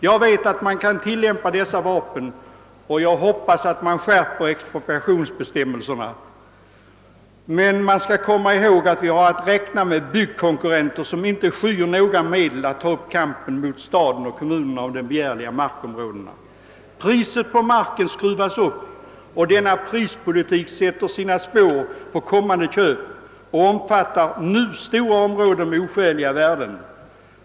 Jag vet att man kan använda dessa vapen — och jag hoppas att man skärper expropriationsbestämmelserna — men man skall komma ihåg att vi har att räkna med konkurrenter, som inte skyr några medel i kampen mot städer och kommuner om de begärliga markområdena. Priset på marken skruvas upp, och den na prispolitik sätter sina spår i kommande köp. Redan nu har stora områden åsatts oskäliga värden.